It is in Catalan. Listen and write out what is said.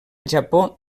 japó